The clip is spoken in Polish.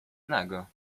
nago